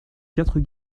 quatre